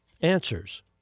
Answers